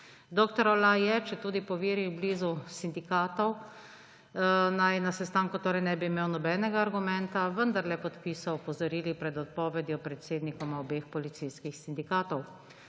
Dr. Olaj, četudi po veri blizu sindikatov, na sestanku naj ne bi imel nobenega argumenta, vendarle je podpisal opozorili pred odpovedjo predsednikoma obeh policijskih sindikatov.